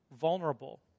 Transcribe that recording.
vulnerable